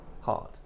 hard